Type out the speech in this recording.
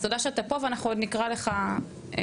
אז תודה שאתה פה ואנחנו עוד נקרא לך בהמשך.